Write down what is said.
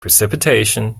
precipitation